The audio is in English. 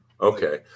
Okay